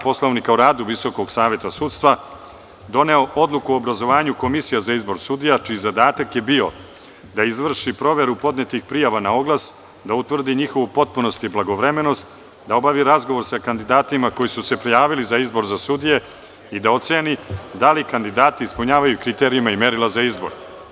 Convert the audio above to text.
Poslovnika o radu Visokog saveta sudstva, doneo Odluku o obrazovanju Komisije za izbor sudija čiji zadatak je bio da izvrši proveru podnetih prijava na oglas, da utvrdi njihovu potpunost i blagovremenost, da obavi razgovor sa kandidatima koji su se prijavili za izbor za sudije i da oceni da li kandidati ispunjavaju kriterijume i merila za izbor.